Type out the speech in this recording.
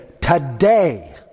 today